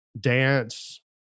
Dance